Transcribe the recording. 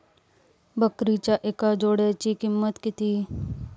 बकरीच्या एका जोडयेची किंमत किती?